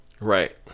Right